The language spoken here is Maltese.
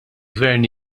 gvern